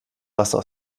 wasser